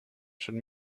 should